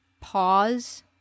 pause